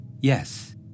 Yes